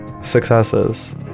successes